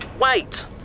wait